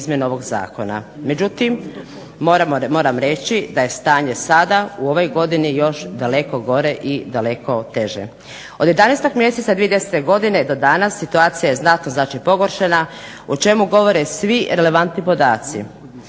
izmjene ovog zakona, međutim moram reći da je stanje sada u ovoj godini još daleko gore i daleko teže. Od 11. mjeseca 2010. godine do danas situacija je znatno znači pogoršana, o čemu govore svi relevantni podaci.